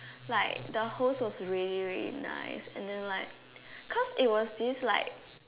like the host was really really nice and then like cause it was this like